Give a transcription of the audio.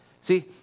See